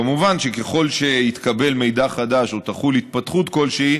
כמובן שככל שיתקבל מידע חדש או תחול התפתחות כלשהי,